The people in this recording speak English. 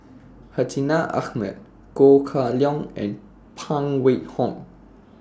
Hartinah Ahmad Go Kah Leong and Phan Wait Hong